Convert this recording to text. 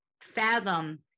fathom